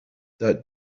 that